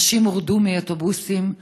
נשים הורדו מאוטובוסים,